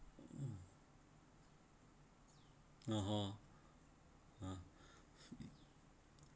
no hor uh